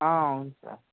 అవును సార్